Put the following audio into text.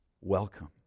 Welcome